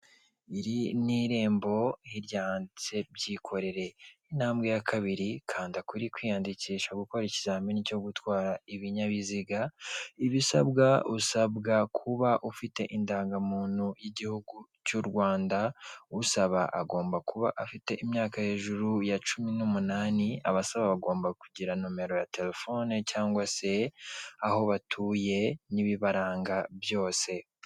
Iri ni irembo hirya handitse byikorere, intambwe ya kabiri kanda kuri kwiyandikisha gukora ikizamini cyo gutwara ibinyabiziga. Ibisabwa usabwa kuba ufite indangamuntu y'igihugu cy'u Rwanda, usaba agomba kuba afite imyaka hejuru ya cumi n'umunani, abasaba bagomba kugira nomero ya telefone cyangwa se aho batuye n'ibibaranga byose.